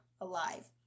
alive